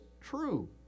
true